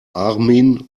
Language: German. armin